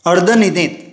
अर्द न्हिदेंत